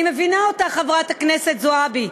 אני מבינה אותך, חברת הכנסת זועבי.